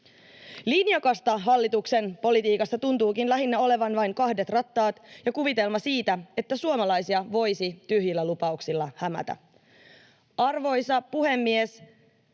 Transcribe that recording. Linjakasta hallituksen politiikassa tuntuukin lähinnä olevan vain kahdet rattaat ja kuvitelma siitä, että suomalaisia voisi tyhjillä lupauksilla hämätä. Arvoisa puhemies!